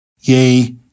yea